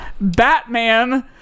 batman